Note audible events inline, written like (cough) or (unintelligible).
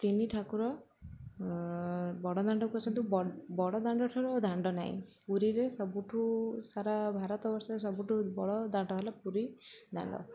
ତିନି ଠାକୁର ବଡ଼ ଦାଣ୍ଡକୁ (unintelligible) ବଡ଼ ଦାଣ୍ଡଠାରୁ ଦାଣ୍ଡ ନାହିଁ ପୁରୀରେ ସବୁଠୁ ସାରା ଭାରତ ବର୍ଷରେ ସବୁଠୁ ବଡ଼ ଦାଣ୍ଡ ହେଲା ପୁରୀ ଦାଣ୍ଡ